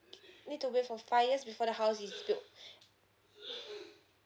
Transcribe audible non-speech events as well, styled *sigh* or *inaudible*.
need to wait for five years before the house is build *breath*